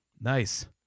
Nice